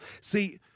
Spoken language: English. See